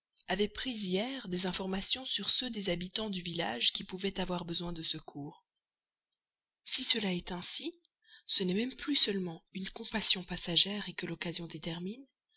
avait pris hier des informations sur ceux des habitants du village qui pouvaient avoir besoin de secours si cela est ainsi ce n'est même plus seulement une compassion passagère que l'occasion détermine